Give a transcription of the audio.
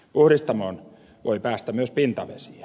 puhdistamoon voi päästä myös pintavesiä